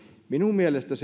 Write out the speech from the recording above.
minun mielestäni